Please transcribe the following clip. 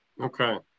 Okay